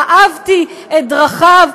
אהבתי את דרכיו,